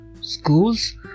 schools